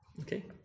Okay